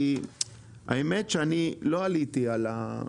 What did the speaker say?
האמת שלא הבנתי את המסר.